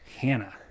Hannah